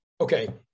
Okay